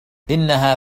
إنها